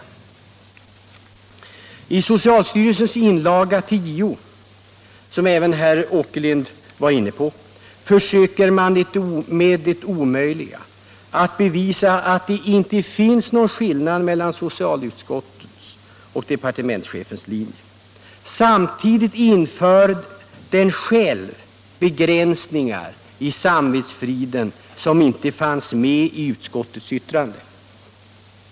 I socialstyrelsens inlaga till JO, som även herr Åkerlind berörde, försöker man med det omöjliga — att bevisa att det inte finns någon skillnad mellan socialutskottets och departementschefens linje. Samtidigt inför socialstyrelsen själv begränsningar i samvetsfriden som inte finns med i utskottets yttrande.